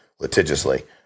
litigiously